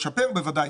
לשפר, בוודאי.